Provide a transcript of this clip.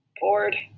Bored